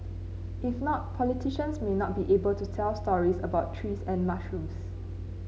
if not politicians may not be able to tell stories about trees and mushrooms